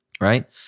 right